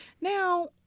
Now